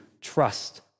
trust